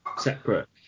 separate